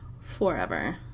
Forever